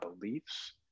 beliefs